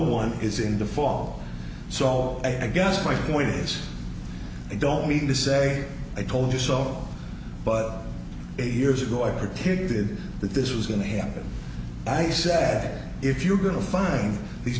one is in the fall so i guess my point is i don't mean to say i told you so but years ago i heard hinted that this was going to happen i sad if you're going to find these